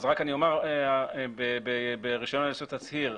אני אומר שברישיון על יסוד תצהיר,